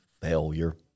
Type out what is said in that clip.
failure